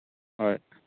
হয়